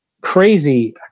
crazy